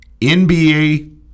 NBA